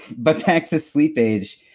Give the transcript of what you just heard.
but back to sleep age,